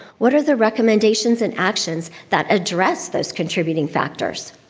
what are the recommendations and actions that address those contributing factors?